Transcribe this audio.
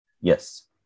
Yes